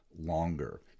longer